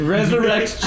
Resurrect